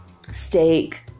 steak